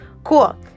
Cool